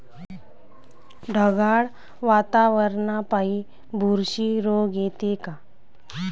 ढगाळ वातावरनापाई बुरशी रोग येते का?